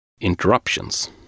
interruptions